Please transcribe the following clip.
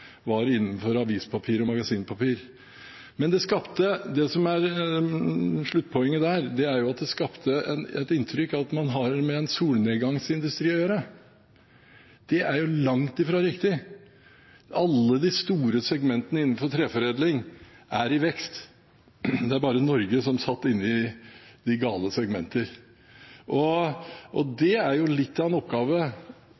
var innenfor avispapir og magasinpapir. Men det som er sluttpoenget, er at det skapte et inntrykk av at man har med en solnedgangsindustri å gjøre. Det er jo langt ifra riktig. Alle de store segmentene innenfor treforedling er i vekst. Det er bare Norge som satt inne i de gale segmenter. Det er litt av en oppgave for politikken og